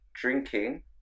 drinking